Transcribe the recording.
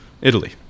Italy